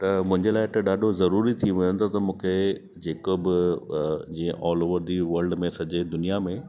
त मुंहिंजे लाइ त ॾाढो ज़रूरी थी वेंदो त मूंखे जेको बि जीअं ऑल ओवर दी वल्ड में सॼे दुनिया में